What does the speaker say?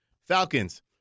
Falcons